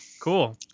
cool